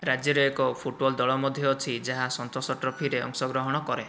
ରାଜ୍ୟରେ ଏକ ଫୁଟବଲ୍ ଦଳ ମଧ୍ୟ ଅଛି ଯାହା ସନ୍ତୋଷ ଟ୍ରଫିରେ ଅଂଶଗ୍ରହଣ କରେ